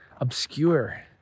obscure